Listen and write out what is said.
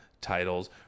titles